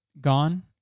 gone